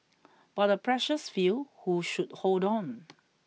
but a precious few who should hold on